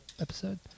episode